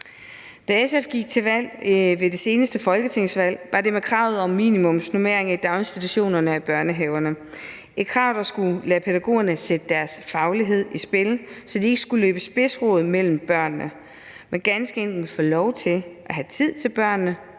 Da SF gik til valg ved det seneste folketingsvalg, var det med kravet om minimumsnormeringer i daginstitutionerne og børnehaverne – et krav, der skulle lade pædagogerne sætte deres faglighed i spil, så de ikke skulle løbe spidsrod mellem børnene, men ganske enkelt få lov til at have tid til børnene,